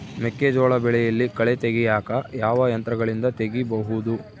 ಮೆಕ್ಕೆಜೋಳ ಬೆಳೆಯಲ್ಲಿ ಕಳೆ ತೆಗಿಯಾಕ ಯಾವ ಯಂತ್ರಗಳಿಂದ ತೆಗಿಬಹುದು?